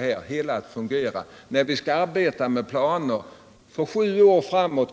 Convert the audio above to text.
är det väldigt svårt att lägga upp det här så att det till alla delar klaffar, när man skall arbeta med planer för kanske sju åtta år framåt.